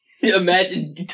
Imagine